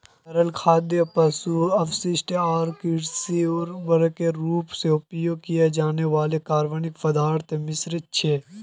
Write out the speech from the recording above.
तरल खाद पशु अपशिष्ट आर कृषि उर्वरकेर रूपत उपयोग किया जाने वाला कार्बनिक पदार्थोंर मिश्रण छे